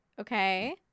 Okay